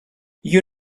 you